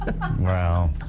Wow